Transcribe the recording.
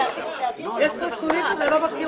יש מסלולים שאתה לא מכיר